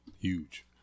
huge